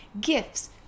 gifts